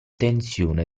tensione